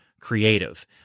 creative